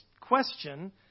question